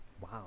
Wow